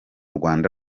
rwanda